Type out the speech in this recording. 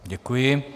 Děkuji.